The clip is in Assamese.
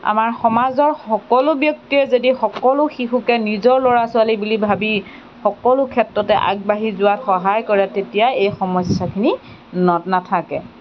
আমাৰ সমাজৰ সকলো ব্যক্তিয়ে যদি সকলো শিশুকে নিজৰ ল'ৰা ছোৱালী বুলি ভাবি সকলো ক্ষেত্ৰতে আগবাঢ়ি যোৱাত সহায় কৰে তেতিয়া এই সমস্যাখিনি নাথাকে